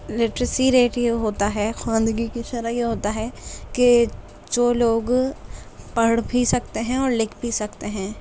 literacy rate یہ ہوتا ہے خواندگی کی شرح یہ ہوتا ہے کہ جو لوگ پڑھ بھی سکتے ہیں اور لکھ بھی سکتے ہیں